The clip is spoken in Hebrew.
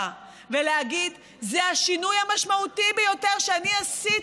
ולהגיד: זה השינוי המשמעותי ביותר שאני עשיתי,